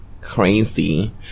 Crazy